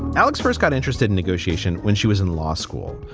alex first got interested in negotiation when she was in law school.